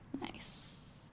Nice